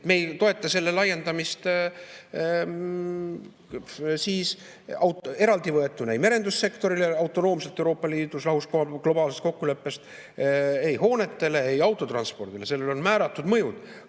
Me ei toeta selle laiendamist eraldi võetuna ei merendussektorile autonoomselt Euroopa Liidus, lahus globaalsest kokkuleppest, ei hoonetele, ei autotranspordile. Sellel on määratud mõjud.